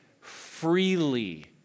freely